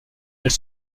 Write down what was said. elle